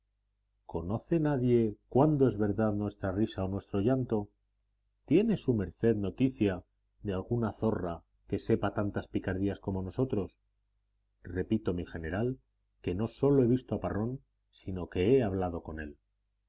conoce nadie cuándo es verdad nuestra risa o nuestro llanto tiene su merced noticia de alguna zorra que sepa tantas picardías como nosotros repito mi general que no sólo he visto a parrón sino que he hablado con él